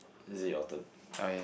is it your turn